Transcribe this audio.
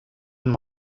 and